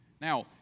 Now